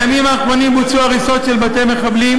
בימים האחרונים בוצעו הריסות של בתי מחבלים,